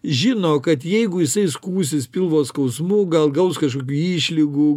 žino kad jeigu jisai skųsis pilvo skausmu gal gaus kažkokių išlygų